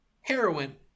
heroin